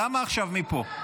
למה עכשיו מפה?